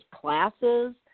classes